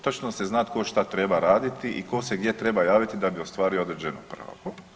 Točno se zna tko šta treba raditi i tko se gdje treba javiti da bi ostvario određena prava.